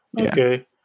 Okay